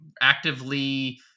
actively